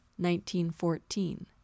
1914